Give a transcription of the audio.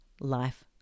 life